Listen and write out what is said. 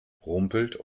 rumpelt